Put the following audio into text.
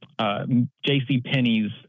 JCPenney's